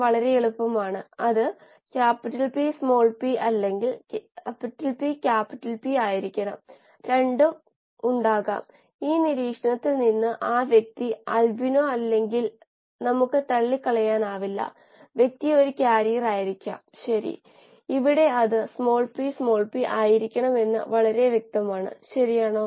നമുക്ക് റിഡക്റ്റൻസിന്റെ അളവ് ചേർത്ത് ഈ മൂലകങ്ങൾ ചേർന്ന ഒരു സംയുക്തത്തിന്റെ റിഡക്റ്റൻസിന്റെ അളവിൽ എത്തിച്ചേരാം